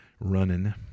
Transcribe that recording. running